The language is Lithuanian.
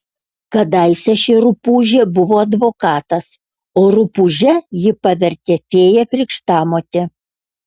kadaise ši rupūžė buvo advokatas o rupūže jį pavertė fėja krikštamotė